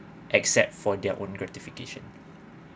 except for their own gratification